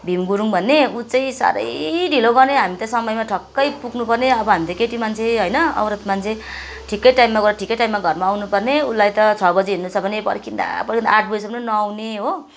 भिम गुरुङ भन्ने ऊ चाहिँ साह्रै ढिलो गर्ने हामी त समयमा ठक्कै पुग्नु पर्ने अब हामी त केटी मान्छे होइन औरत मान्छे ठिकै टाइममा गएर ठिकै टाइममा घरमा आउनु पर्ने उसलाई त छ बजी हिँड्नु छ भने पर्खिँदा पर्खिँदा आठ बजीसम्म पनि नआउने हो